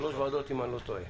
שלוש ועדות, אם אני לא טועה.